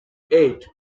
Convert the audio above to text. eight